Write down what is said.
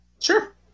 sure